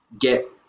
get